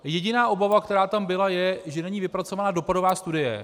Jediná obava, která tam byla, je, že není vypracována dopadová studie.